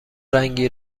رنگی